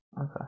Okay